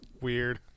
weird